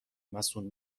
مصون